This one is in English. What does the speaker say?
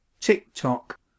tick-tock